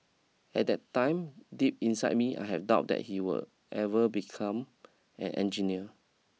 at that time deep inside me I had doubt that he would ever become an engineer